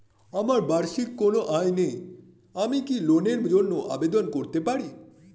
আমার বার্ষিক কোন আয় নেই আমি কি লোনের জন্য আবেদন করতে পারি?